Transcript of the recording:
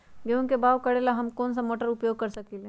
गेंहू के बाओ करेला हम कौन सा मोटर उपयोग कर सकींले?